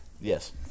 yes